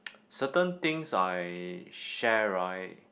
certain things I share right